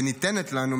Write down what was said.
וניתנת לנו,